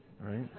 Right